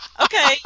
okay